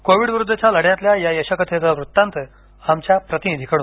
Covid विरुद्धच्या लढ्यातल्या या यशकथेचा वृत्तांत आमच्या प्रतिनिधीकडून